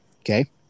Okay